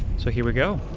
so here we go.